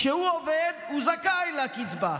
כשהוא עובד, הוא זכאי לקצבה,